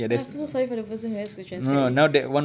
I'm so sorry for the person who has to transcribe this